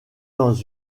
dans